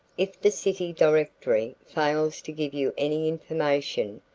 if the city directory fails to give you any information,